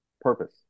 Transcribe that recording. purpose